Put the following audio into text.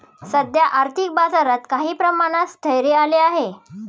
सध्या आर्थिक बाजारात काही प्रमाणात स्थैर्य आले आहे